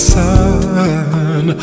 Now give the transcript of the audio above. sun